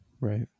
Right